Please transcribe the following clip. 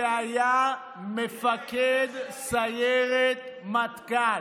שהיה מפקד סיירת מטכ"ל.